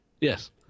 Yes